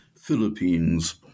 Philippines